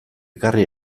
ekarri